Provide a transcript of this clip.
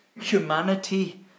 humanity